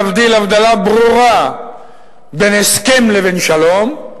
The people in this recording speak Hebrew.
להבדיל הבדלה ברורה בין הסכם לבין שלום.